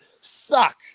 suck